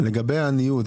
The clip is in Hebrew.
מהי דעתכם לגבי הניוד?